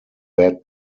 bad